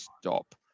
stop